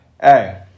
Hey